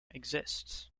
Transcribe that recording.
exists